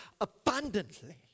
abundantly